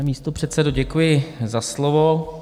Pane místopředsedo, děkuji za slovo.